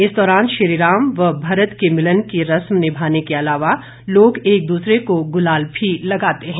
इस दौरान श्रीराम व भरत के मिलन की रस्म निभाने के अलावा लोग एक दूसरे को गुलाल भी लगाते हैं